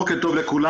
בוקר טוב לכולם,